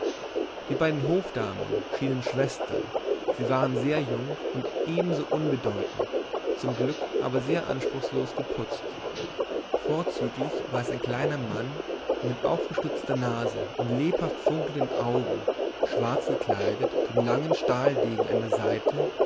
die beiden hofdamen schienen schwestern sie waren sehr jung und ebenso unbedeutend zum glück aber sehr anspruchslos geputzt vorzüglich war es ein kleiner mann mit aufgestützter nase und lebhaft funkelnden augen schwarz gekleidet den langen stahldegen an der seite